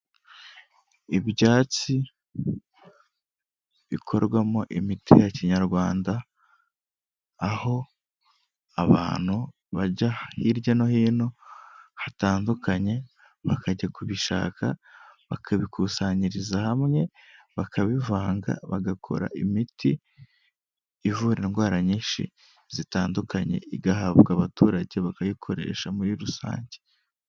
Ibyatsi bikorwamo imiti ya kinyarwanda aho abantu bajya hirya no hino hatandukanye bakajya kubishaka, bakabikusanyiriza hamwe bakabivanga, bagakora imiti ivura indwara nyinshi zitandukanye, igahabwa abaturage bakayikoresha muri rusange.